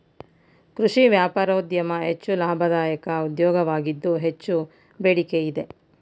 ಕೃಷಿ ವ್ಯಾಪಾರೋದ್ಯಮ ಹೆಚ್ಚು ಲಾಭದಾಯಕ ಉದ್ಯೋಗವಾಗಿದ್ದು ಹೆಚ್ಚು ಬೇಡಿಕೆ ಇದೆ